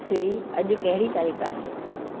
सिरी अॼु कहिड़ी तारीख़ आहे